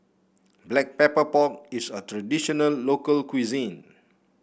Black Pepper Pork is a traditional local cuisine